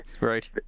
right